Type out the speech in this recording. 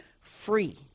free